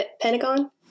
pentagon